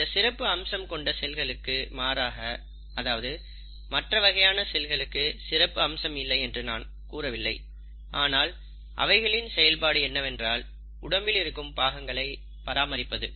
இந்த சிறப்பு அம்சம் கொண்ட செல்களுக்கு மாறாக அதாவது மற்ற வகையான செல்களுக்கு சிறப்பு அம்சம் இல்லை என்று நான் கூறவில்லை ஆனால் அவைகளின் செயல்பாடு என்னவென்றால் உடம்பில் இருக்கும் பாகங்களை பராமரிப்பது